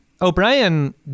O'Brien